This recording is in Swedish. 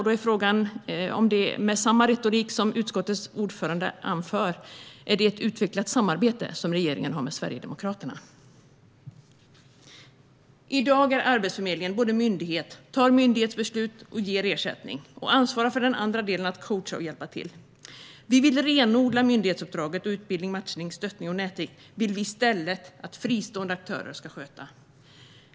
Då är frågan, om man använder samma retorik som utskottets ordförande: Är det ett utvecklat samarbete som regeringen har med Sverigedemokraterna? I dag är Arbetsförmedlingen en myndighet som fattar myndighetsbeslut och beviljar ersättning. Man ansvarar även för den andra delen att coacha och hjälpa till. Vi vill renodla myndighetsuppdraget. Utbildning, matchning, stöttning och nätverk vill vi i stället att fristående aktörer ska sköta.